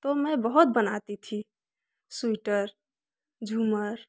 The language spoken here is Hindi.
तो मैं बहुत बनाती थी स्विटर झूमर